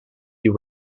you